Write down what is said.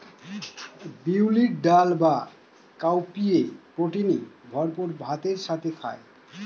বিউলির ডাল বা কাউপিএ প্রোটিনে ভরপুর ভাতের সাথে খায়